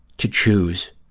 to choose